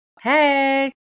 hey